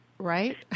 right